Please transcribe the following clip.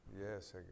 Yes